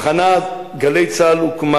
תחנת "גלי צה"ל" הוקמה